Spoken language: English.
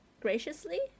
graciously